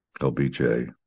LBJ